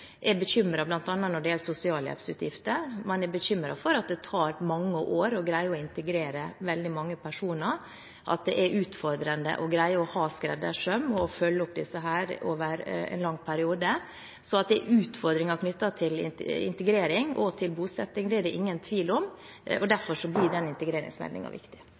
er bekymret bl.a. for sosialhjelpsutgiftene. Man er bekymret for at det tar mange år å greie å integrere veldig mange personer, at det er utfordrende å greie å ha skreddersøm og følge opp disse over en lang periode. At det er utfordringer knyttet til integrering og bosetting, er det ingen tvil om, og derfor blir integreringsmeldingen viktig.